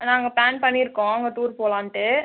நாங்கள் ப்ளான் பண்ணிருக்கோம் அங்கே டூர் போகலான்ட்டு